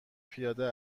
پیاده